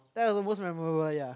that was the most memorable ya